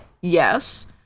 yes